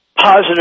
Positive